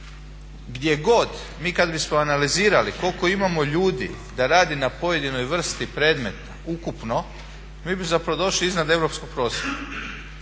Gdje god, mi kad bismo analizirali koliko imamo ljudi da radi na pojedinoj vrsti predmeta ukupno mi bi zapravo došli iznad europskog prosjeka.